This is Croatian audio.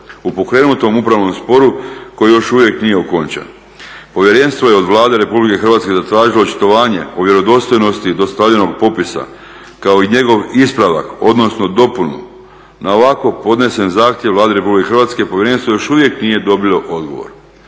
u pokrenutom upravnom sporu koji još uvijek nije okončan. Povjerenstvo je od Vlade RH zatražilo očitovanje o vjerodostojnosti dostavljenog popisa kao i njegov ispravak odnosno dopunu. Na ovako podnesen zahtjev Vladi RH povjerenstvo još uvijek nije dobilo odgovor.